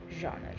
genre